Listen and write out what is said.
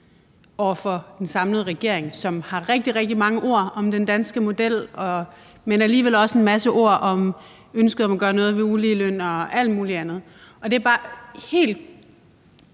også for den samlede regering, som har rigtig mange ord om den danske model, men alligevel også en masse ord om ønsket om at gøre noget ved uligelønnen og alt muligt andet, og det er bare: